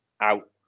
out